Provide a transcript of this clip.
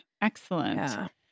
Excellent